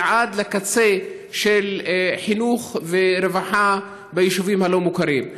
ועד לקצה של חינוך ורווחה ביישובים הלא-מוכרים.